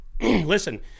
Listen